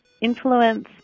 influence